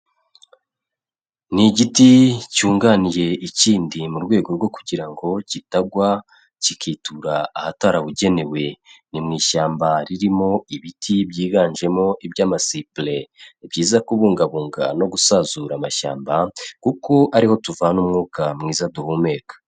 Ni igiti cyunganiye ikindi mu rwego rwo kugira ngo kitagwa kikitura ahatarabugenewe, ni mu ishyamba ririmo ibiti byiganjemo iby'amasipure, ni byiza kubungabunga no gusazura amashyamba kuko ariho tuvana umwuka mwiza duhumeka.